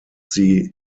sie